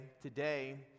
today